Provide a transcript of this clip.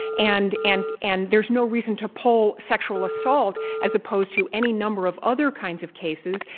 and and and there's no reason to pull sexual assault as opposed to any number of other kinds of cases,